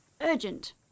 urgent